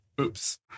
Oops